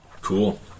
Cool